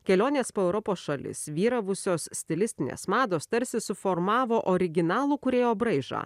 kelionės po europos šalis vyravusios stilistinės mados tarsi suformavo originalų kūrėjo braižą